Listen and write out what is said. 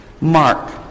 mark